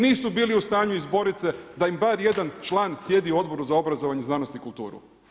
Nisu bili u stanju izboriti se da im bar jedan član sjedi u Odboru za obrazovanje, znanost i kulturu.